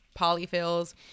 polyfills